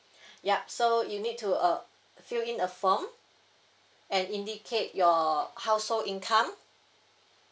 yup so you need to uh fill in a form and indicate your household income